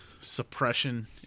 suppression